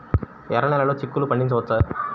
ఎర్ర నెలలో చిక్కుల్లో పండించవచ్చా?